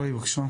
רועי, בבקשה.